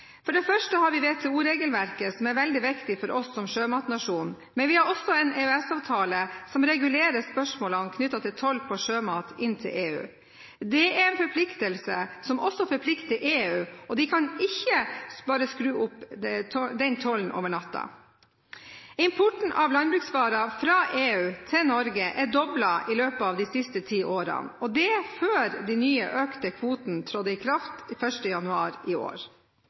For det første har vi et WTO-regelverk, som er veldig viktig for oss som sjømatnasjon, men vi har også en EØS-avtale som regulerer spørsmålene knyttet til toll på sjømat inn til EU. Det er en forpliktelse som også forplikter EU, og de kan ikke bare skru opp den tollen over natten. Importen av landbruksvarer fra EU til Norge er doblet i løpet av de siste ti årene, og det før de nye, økte kvotene trådte i kraft 1. januar i år.